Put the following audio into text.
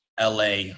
LA